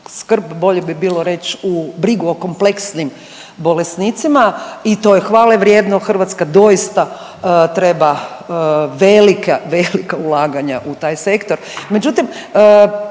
bolje bi bilo reći u brigu o kompleksnim bolesnicima. I to je hvale vrijedno. Hrvatska doista treba velika, velika ulaganja u taj sektor.